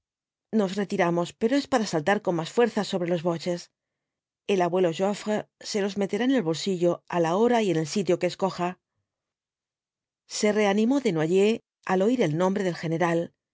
nos retiramos pero es para saltar con más fuerza sobre los boches el abuelo joffre se los meterá en el bolsillo á la hora y en el sitio que escoja se reanimó desnoyers al oir el nombre del general